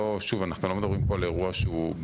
אנחנו לא מדברים פה על אירוע מז'ורי.